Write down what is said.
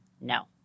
no